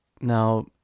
Now